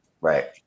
Right